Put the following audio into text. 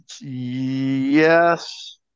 yes